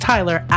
Tyler